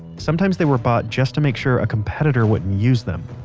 sometimes they were bought just to make sure a competitor wouldn't use them.